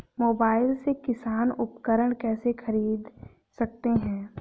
Mobile से किसान उपकरण कैसे ख़रीद सकते है?